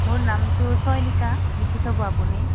মোৰ নামটো চয়নিকা লিখি থ'ব আপুনি